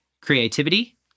creativity